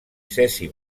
cesi